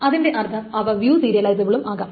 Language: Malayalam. അതിന്റെ അർത്ഥം അവ വ്യൂ സീരിയലിസബിളും ആകാം